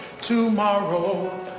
tomorrow